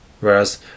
whereas